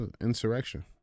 Insurrection